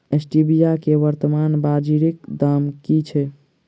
Stevia केँ वर्तमान बाजारीक दाम की छैक?